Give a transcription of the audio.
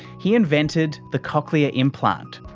he invented the cochlear implant,